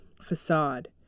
facade